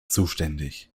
zuständig